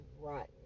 rotten